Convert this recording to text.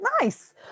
Nice